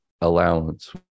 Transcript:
allowance